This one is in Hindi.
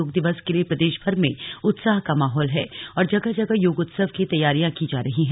योग दिवस के लिए प्रदेशभर में उत्साह का माहौल है और जगह जगह योग उत्सव की तैयारियां की जा रही हैं